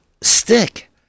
stick